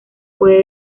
puede